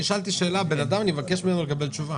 אני שאלתי שאלה בנאדם אני מבקש ממנו לקבל תשובה.